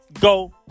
go